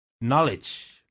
Knowledge